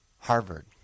Harvard